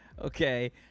Okay